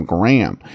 Graham